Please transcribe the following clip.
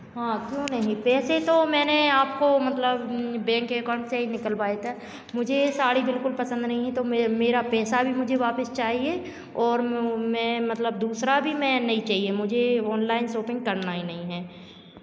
हाँ क्यों नहीं पैसे तो मैंने आपको मतलब बैंक अकाउंट से ही निकलवाया था मुझे ये साड़ी बिल्कुल पसंद नहीं है तो मैं मेरा पैसा भी मुझे वापस चाहिए और मैं मतलब दूसरा भी मैं नहीं चाहिए मुझे ऑनलाइन शॉपिंग करना ही नहीं है